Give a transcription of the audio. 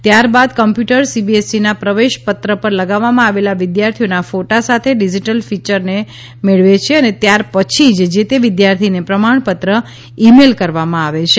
ત્યારબાદ કોમ્પ્યુટર સીબીએસઈના પ્રવેશ પત્ર ઉપર લગાવવામાં આવેલા વિદ્યાર્થીના ફોટો સાથે ડિઝિટલ ફિચરને મેળવે છે અને ત્યાર પછી જ જે તે વિદ્યાર્થીને પ્રમાણપત્ર ઈ મેલ કરવામાં આવે છે